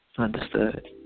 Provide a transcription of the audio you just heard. understood